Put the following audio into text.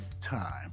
time